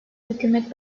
hükümet